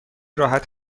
راحت